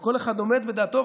וכל אחד עומד על דעתו.